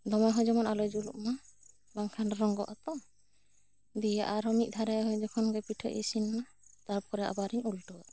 ᱫᱚᱢᱮ ᱦᱚᱸ ᱡᱮᱢᱚᱱ ᱟᱞᱚᱭ ᱡᱩᱞᱩᱜ ᱢᱟ ᱵᱟᱝ ᱠᱷᱟᱱ ᱨᱚᱝᱜᱚᱜ ᱟᱛᱚ ᱫᱮᱭᱟ ᱟᱨ ᱦᱚᱸ ᱢᱤᱫ ᱫᱷᱟᱣ ᱨᱮ ᱦᱩᱭ ᱡᱚᱠᱷᱚᱱ ᱯᱤᱴᱷᱟᱹ ᱤᱥᱤᱱ ᱮᱱᱟ ᱛᱟᱨᱯᱚᱨᱮ ᱟᱵᱟᱨ ᱤᱧ ᱩᱞᱴᱟᱹᱣ ᱟ